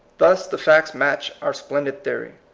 thus the facts match our splendid theory.